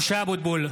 משה אבוטבול,